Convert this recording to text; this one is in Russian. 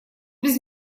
без